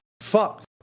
fuck